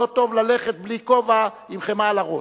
לא טוב ללכת בלי כובע כשיש חמאה על הראש.